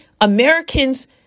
Americans